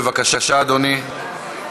בבקשה, אדוני.